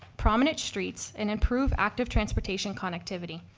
prominent streets and improve active transportation connectivity.